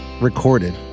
recorded